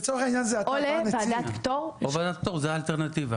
זאת האלטרנטיבה.